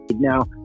now